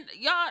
y'all